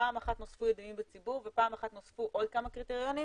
פעם אחת נוספו ידועים בציבור ופעם אחת נוספו עוד כמה קריטריונים